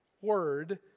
word